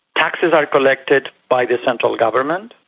taxes are collected by the central government,